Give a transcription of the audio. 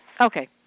Okay